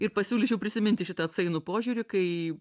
ir pasiūlyčiau prisiminti šitą atsainų požiūrį kai